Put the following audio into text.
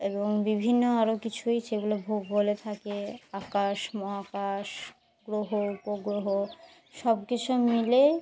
এবং বিভিন্ন আরও কিছুই সেগুলো ভূগোলে থাকে আকাশ মহাকাশ গ্রহ উপগ্রহ সব কিছু মিলে